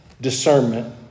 discernment